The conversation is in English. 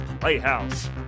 Playhouse